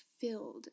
filled